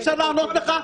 אפשר לענות לך?